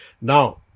now